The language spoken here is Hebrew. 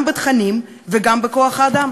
גם בתכנים וגם בכוח-האדם.